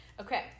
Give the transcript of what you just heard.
Okay